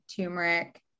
turmeric